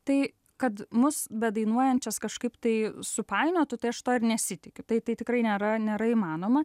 tai kad mus bedainuojančias kažkaip tai supainiotų tai aš to ir nesitikiu tai tai tikrai nėra nėra įmanoma